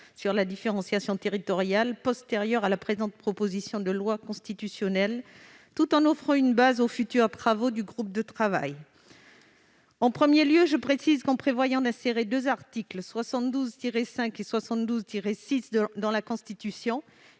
sur la différenciation territoriale postérieures à la présente proposition de loi constitutionnelle, tout en offrant une base aux futurs travaux du groupe de travail. En prévoyant d'insérer deux articles 72-5 et 72-6 dans la Constitution,